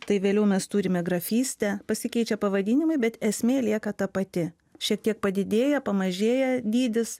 tai vėliau mes turime grafystę pasikeičia pavadinimai bet esmė lieka ta pati šiek tiek padidėja pamažėja dydis